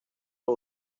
los